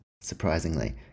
surprisingly